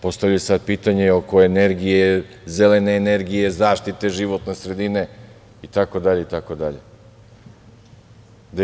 Postavljaju sad pitanje oko energije, zelene energije, zaštite životne sredine i tako dalje.